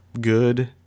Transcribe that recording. good